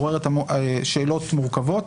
היא מעוררת שאלות מורכבות.